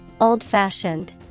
old-fashioned